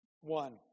One